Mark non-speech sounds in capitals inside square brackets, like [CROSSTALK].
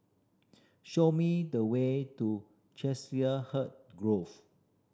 show me the way to [UNINTELLIGIBLE] Grove